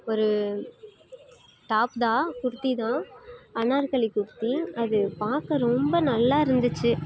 ஒரு டாப் தான் குர்த்தி தான் அனார்கலி குர்த்தி அது பார்க்க ரொம்ப நல்லா இருந்துச்சு